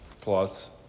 plus